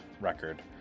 record